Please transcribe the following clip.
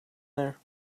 there